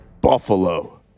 Buffalo